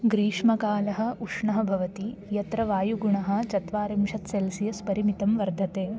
ग्रीष्मकालः उष्णः भवति यत्र वायुगुणः चत्वारिंशत् सेल्सियस् परिमितं वर्धते